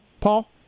Paul